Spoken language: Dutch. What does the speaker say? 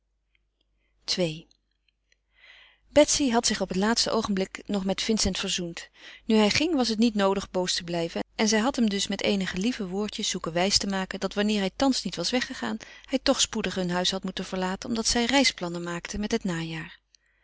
ii betsy had zich op het laatste oogenblik nog met vincent verzoend nu hij ging was het niet noodig boos te blijven en zij had hem dus met eenige lieve woordjes zoeken wijs te maken dat wanneer hij thans niet was weggegaan hij toch spoedig hun huis had moeten verlaten omdat zij reisplannen maakte met het najaar